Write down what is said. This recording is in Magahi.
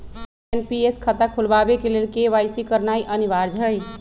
एन.पी.एस खता खोलबाबे के लेल के.वाई.सी करनाइ अनिवार्ज हइ